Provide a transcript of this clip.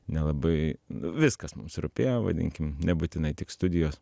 nelabai viskas mums rūpėjo vadinkim nebūtinai tik studijos